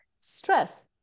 Stress